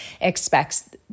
expects